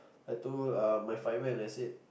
I told uh my firemen I said